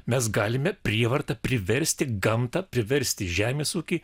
mes galime prievarta priversti gamtą priversti žemės ūkį